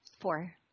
Four